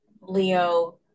leo